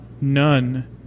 none